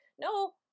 No